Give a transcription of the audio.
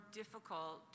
difficult